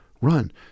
Run